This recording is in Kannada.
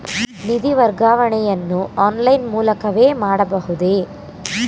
ನಿಧಿ ವರ್ಗಾವಣೆಯನ್ನು ಆನ್ಲೈನ್ ಮೂಲಕವೇ ಮಾಡಬಹುದೇ?